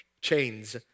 chains